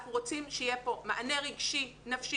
אנחנו רוצים שיהיה פה מענה רגשי נפשי